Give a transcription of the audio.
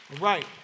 right